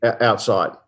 Outside